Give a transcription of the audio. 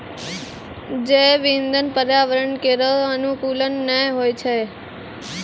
जैव इंधन पर्यावरण केरो अनुकूल नै होय छै